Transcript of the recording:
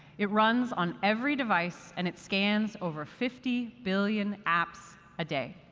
it runs on every device. and it scans over fifty billion apps a day.